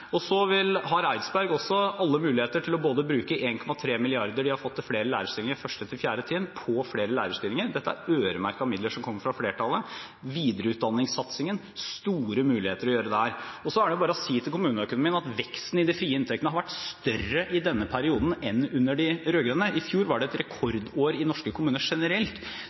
Så har Eidsberg også alle muligheter til å bruke 1,3 mrd. kr de har fått til flere lærerstillinger i 1.–4. trinn, på flere lærerstillinger. Dette er øremerkede midler som kommer fra flertallet. Når det gjelder videreutdanningssatsingen, er det store muligheter der. Så er det bare å si om kommuneøkonomien at veksten i de frie inntektene har vært større i denne perioden enn under de rød-grønne. I fjor var det et rekordår i norske kommuner generelt.